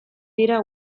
dira